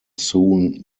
soon